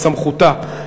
בסמכותה.